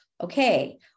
okay